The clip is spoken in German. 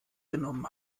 genommen